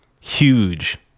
Huge